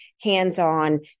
hands-on